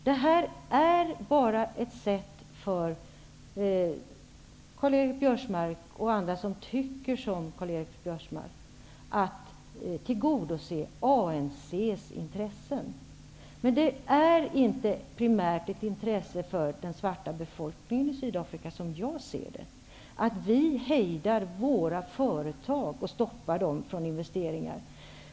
Det är bara fråga om ett sätt för Karl-Göran Biörsmark och andra som tycker som han att tillgodose ANC:s intressen. Men det är som jag ser det inte primärt ett intresse för den svarta befolkningen i Sydafrika att vi hejdar våra företag och hindrar dem från att genomföra investeringar.